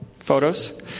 photos